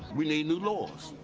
we need new laws.